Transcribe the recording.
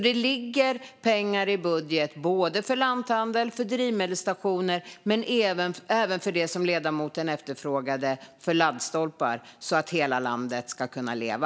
Det ligger pengar i budget för både lanthandlar och drivsmedelsstationer men även för laddstolpar, som ledamoten efterfrågade, så att hela landet ska kunna leva.